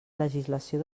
legislació